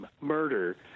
murder